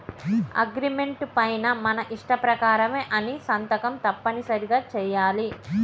agreement పైన మన ఇష్ట ప్రకారమే అని సంతకం తప్పనిసరిగా చెయ్యాలి